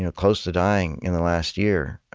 ah close to dying in the last year